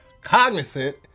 cognizant